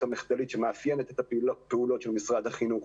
המחדלית שמאפיינת את הפעולות של משרד החינוך.